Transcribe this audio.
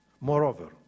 moreover